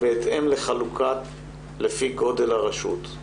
בהתאם לחלוקה לפי גודל הרשות.